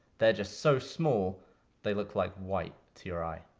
they're just so small they look like white to your eye.